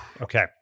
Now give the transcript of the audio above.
Okay